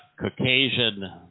Caucasian